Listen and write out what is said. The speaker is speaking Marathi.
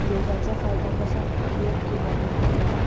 योगाचा फायदा कसा होतो योग केल्याने आपल्याला